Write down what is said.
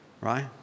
Right